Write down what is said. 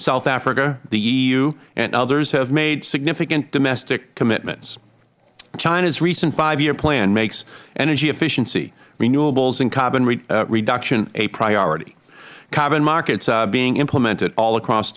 south africa the eu and others have made significant domestic commitments china's recent five year plan makes energy efficiency renewables and carbon reduction a priority carbon markets are being implemented all across